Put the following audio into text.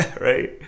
right